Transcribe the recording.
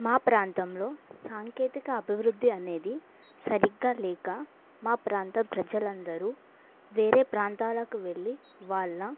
మా ప్రాంతంలో సాంకేతిక అభివృద్ధి అనేది సరిగ్గా లేక మా ప్రాంత ప్రజలందరూ వేరే ప్రాంతాలకు వెళ్ళి వాళ్న